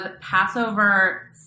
Passover